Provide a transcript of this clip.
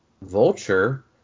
vulture